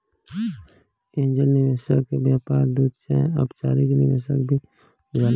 angel निवेशक के व्यापार दूत चाहे अपचारिक निवेशक भी कहल जाला